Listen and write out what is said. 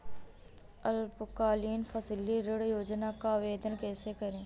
अल्पकालीन फसली ऋण योजना का आवेदन कैसे करें?